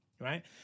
right